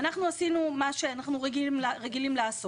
אנחנו עשינו את מה שאנחנו רגילים לעשות.